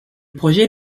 projet